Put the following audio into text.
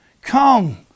come